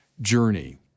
journey—